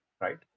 right